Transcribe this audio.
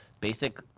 basic